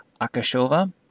Akashova